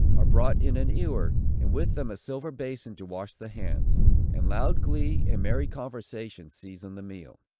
are seventeen brought in an ewer, and with them a silver bason to wash the hands and loud glee and merry conversation season the meal.